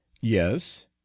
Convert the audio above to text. Yes